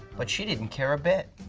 but she didn't care a bit.